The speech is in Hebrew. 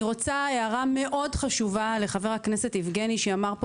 אני רוצה להעיר הערה חשובה מאוד לחבר הכנסת יבגני סובה שאמר פה